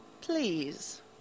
please